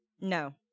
no